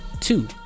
two